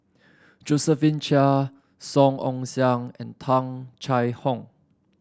Josephine Chia Song Ong Siang and Tung Chye Hong